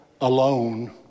alone